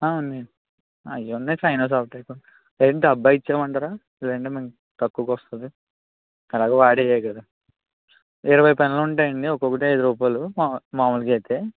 ఉన్నాయండి అవి ఉన్నాయి సైన్ సాఫ్ట్ టైపు లేదంటే డబ్బా ఇవ్వమంటారా ఇదంటే మనకు తక్కువగా వస్తుంది ఎలాగో వాడేదే కదా ఇరవై పెన్లు ఉంటాయండి ఒక్కొక్కటి అయిదు రూపాయలు మా మామూలుగా అయితే